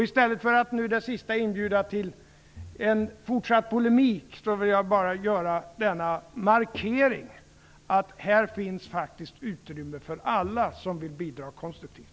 I stället för att nu som det sista inbjuda till fortsatt polemik vill jag bara göra markeringen att här finns det faktiskt utrymme för alla som vill bidra konstruktivt.